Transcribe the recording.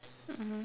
mmhmm